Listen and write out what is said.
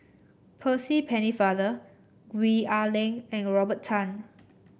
Percy Pennefather Gwee Ah Leng and Robert Tan